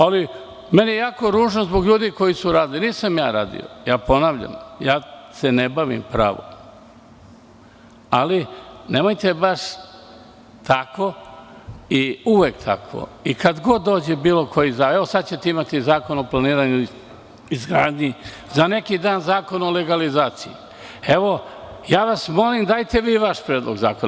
Ali, meni je jako ružno zbog ljudi koji su radili, nisam ja radio, ponavljam, ja se ne bavim pravom, ali nemojte baš tako i uvek tako, i kada god dođe bilo koji zakon, evo sada ćete imati Zakon o planiranju i izgradnji, za neki dan Zakon o legalizaciji, molim vas, dajte vi vaš predlog zakona.